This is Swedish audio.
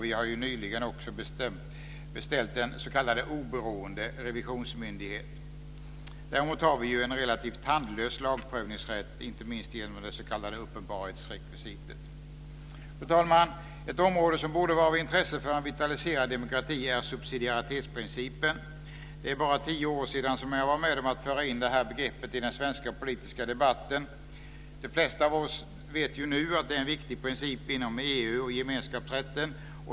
Vi har också nyligen beställt en s.k. oberoende revisionsmyndighet. Däremot har vi en relativt tandlös lagprövningsrätt, inte minst genom det s.k. uppenbarhetsrekvisitet. Fru talman! Ett område som borde vara av intresse för en vitaliserad demokrati är subsidiaritetsprincipen. Det är bara tio år sedan jag var med om att föra in begreppet i den svenska politiska debatten. De flesta av oss vet nu att det är en viktig princip inom EU och gemenskapsrätten.